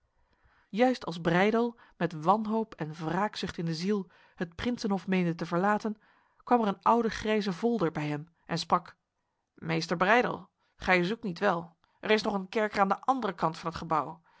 juist als breydel met wanhoop en wraakzucht in de ziel het prinsenhof meende te verlaten kwam er een oude grijze volder bij hem en sprak meester breydel gij zoekt niet wel er is nog een kerker aan de andere kant van het gebouw